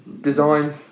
design